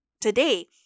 today